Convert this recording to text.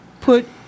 put